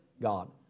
God